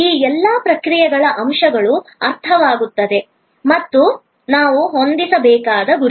ಈ ಎಲ್ಲಾ ಪ್ರಕ್ರಿಯೆಯ ಅಂಶಗಳು ಅರ್ಥವಾಗುತ್ತವೆ ಮತ್ತು ನಾವು ಹೊಂದಿಸಬೇಕಾದ ಗುರಿಗಳು